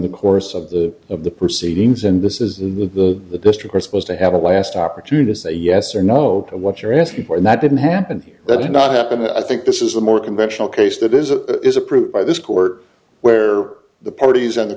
the course of the of the proceedings and this is in the district are supposed to have a last opportunity to say yes or no to what you're asking for and that didn't happen that did not happen i think this is a more conventional case that is a is approved by this court where the parties on the